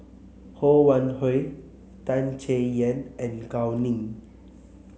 Ho Wan Hui Tan Chay Yan and Gao Ning